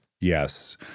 Yes